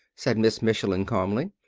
said miss michelin calmly.